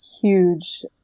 huge